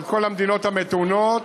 על כל המדינות המתונות,